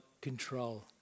control